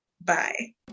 bye